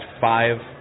five